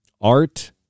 Art